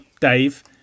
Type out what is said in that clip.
Dave